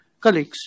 Colleagues